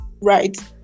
right